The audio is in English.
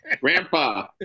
grandpa